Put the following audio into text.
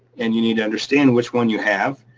and you need to understand which one you have,